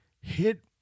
hit